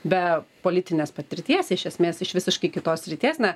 be politinės patirties iš esmės iš visiškai kitos srities na